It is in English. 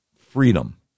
freedom